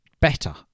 better